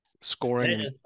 scoring